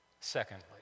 secondly